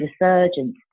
resurgence